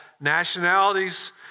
nationalities